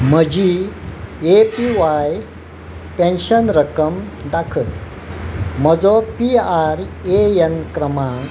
म्हजी A P Y pension रक्कम दाखय म्हजो पी आर ए एन क्रमांक